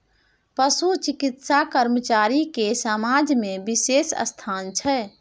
पशु चिकित्सा कर्मचारी के समाज में बिशेष स्थान छै